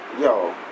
Yo